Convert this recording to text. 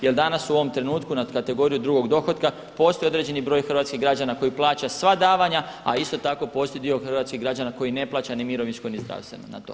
Jer danas u ovom trenutku na kategoriju drugog dohotka postoji određeni broj hrvatskih građana koji plaća sva davanja, a isto tako postoji dio hrvatskih građana koji ne plaća ni mirovinsko ni zdravstveno na to.